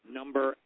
number